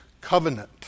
covenant